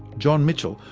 john michell,